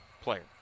player